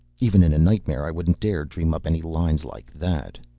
even in a nightmare i wouldn't dare dream up any lines like that.